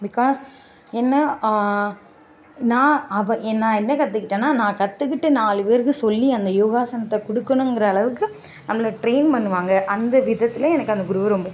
because என்ன நான் அவ நான் என்ன கற்றுக்கிட்டேன்னா நான் கற்றுக்கிட்டு நாலு பேருக்கு சொல்லி அந்த யோகாசனத்தை கொடுக்கணும்ங்குற அளவுக்கு நம்மள ட்ரெயின் பண்ணுவாங்க அந்த விதத்தில் எனக்கு அந்த குருவை ரொம்ப